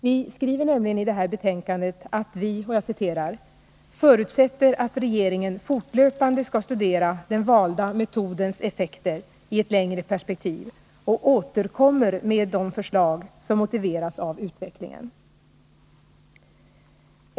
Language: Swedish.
Vi skriver nämligen i det här betänkandet att vi förutsätter ”att regeringen fortlöpande studerar den valda metodens effekter i ett längre perspektiv och till riksdagen återkommer med de förslag som motiveras av utvecklingen”.